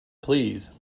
please